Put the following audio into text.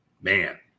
man